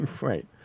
right